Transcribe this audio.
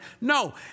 No